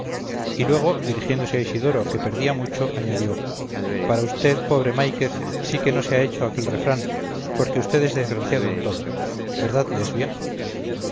y luego dirigiéndose a isidoro que perdía mucho añadió para vd pobre máiquez sí que no se ha hecho aquel refrán porque vd es desgraciado en todo verdad lesbia